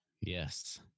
yes